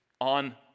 on